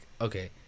okay